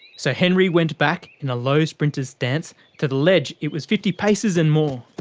so henry went back, in a low sprinter's stance to the ledge it was fifty paces and more.